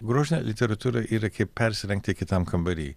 grožinę literatūrą yra kaip persirengti kitam kambary